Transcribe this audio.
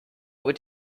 would